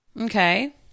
Okay